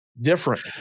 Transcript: different